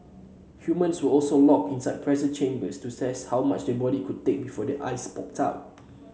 humans were also locked inside pressure chambers to test how much the body could take before their eyes popped out